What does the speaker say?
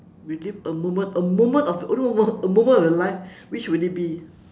relive a moment a moment of a moment a moment of your life which would it be